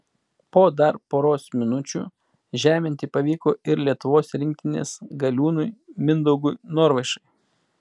po dar poros minučių žeminti pavyko ir lietuvos rinktinės galiūnui mindaugui norvaišui